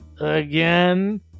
again